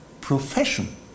profession